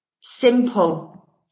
simple